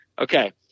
Okay